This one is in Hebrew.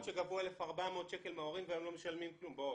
היו מקומות שגבו 1,400 שקלים מההורים והם לא משלמים כלום.